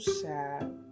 sad